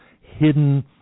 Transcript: hidden